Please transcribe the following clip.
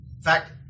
fact